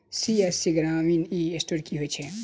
CSC ग्रामीण e store की होइ छै?